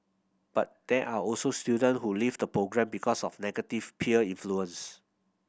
but there are also student who leave the programme because of negative peer influence